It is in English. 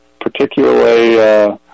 particularly